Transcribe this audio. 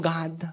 God